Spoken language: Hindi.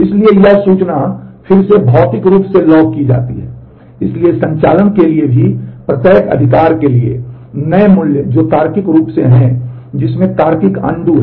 इसलिए एक सूचना फिर से भौतिक रूप से लॉग की जाती है इसलिए संचालन के लिए भी प्रत्येक अधिकार के लिए नए मूल्य जो तार्किक रूप से हैं जिसमें तार्किक अनडू है